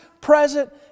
present